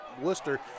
Worcester